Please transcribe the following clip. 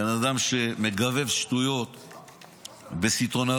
בן אדם שמגבב שטויות בסיטונאות,